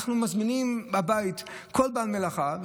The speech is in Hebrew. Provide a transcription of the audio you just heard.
אנחנו מזמינים לבית כל בעל מלאכה,